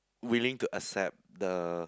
willing to accept the